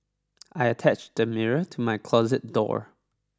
I attached the mirror to my closet door